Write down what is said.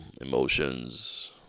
emotions